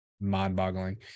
mind-boggling